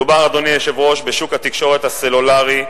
מדובר, אדוני היושב-ראש, בשוק התקשורת הסלולרית,